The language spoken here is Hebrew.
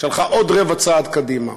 שהלכה עוד רבע צעד קדימה,